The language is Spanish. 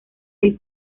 del